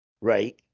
Right